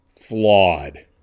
flawed